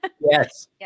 yes